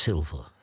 Silver